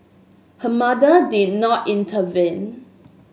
her mother did not intervene